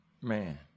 Man